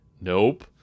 Nope